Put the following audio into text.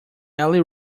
ali